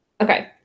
Okay